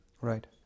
Right